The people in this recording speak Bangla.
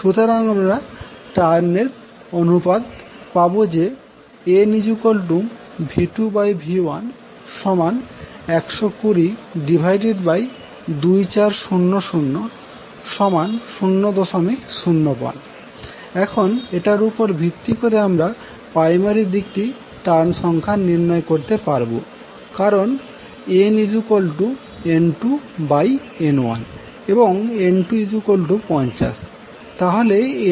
সুতরাং আমরা টার্ন এর অনুপাত পাবো যে nV2V11202400005 এখন এটার উপর ভিত্তি করে আমরা প্রাইমারি দিকটির টার্ন সংখ্যা নির্ণয় করতে পারবো কারন nN2N1 এবং N250